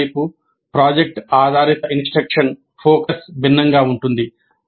మరోవైపు ప్రాజెక్ట్ ఆధారిత instruction focus భిన్నంగా ఉంటుంది